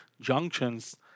junctions